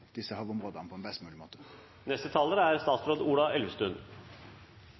disse ungene på en best mulig måte.